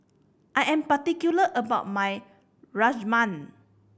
I am particular about my Rajma